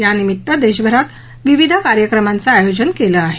यानिमित्त देशभरात विविध कार्यक्रमांचं आयोजन केलं आहे